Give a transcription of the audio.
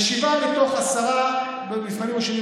ושבעה מתוך עשרה עברו במבחנים השונים,